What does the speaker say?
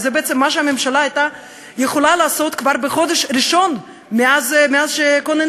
וזה בעצם מה שהממשלה הייתה יכולה לעשות כבר בחודש הראשון מאז שכוננה.